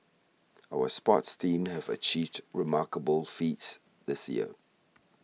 our sports teams have achieved remarkable feats this year